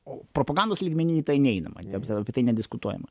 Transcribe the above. o propagandos lygmeny į tai neinama ta prasme apie tai nediskutuojama